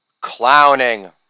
Clowning